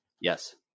Yes